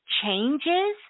changes